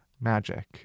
Magic